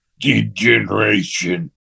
degeneration